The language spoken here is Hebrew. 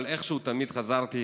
אבל איכשהו תמיד חזרתי